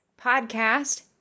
podcast